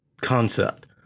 concept